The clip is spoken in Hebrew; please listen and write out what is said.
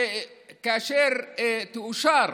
וכאשר תאושר